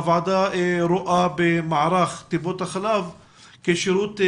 הוועדה רואה במערך טיפות החלב שירות